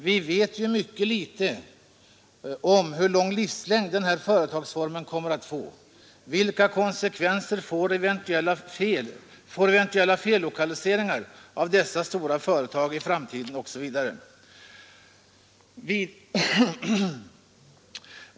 Vi vet ju mycket litet om hur lång livslängd den här företagsformen kommer att få, vilka konsekvenser eventuella fellokaliseringar av dessa stora företag i framtiden får, osv.